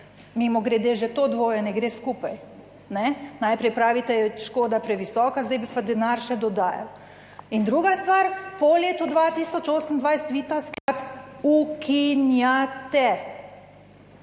Mimogrede, že to dvoje ne gre skupaj, kajne? Najprej pravite, je škoda previsoka, zdaj bi pa denar še dodajal. In druga stvar, po letu 2028 vi ta sklad ukinjate.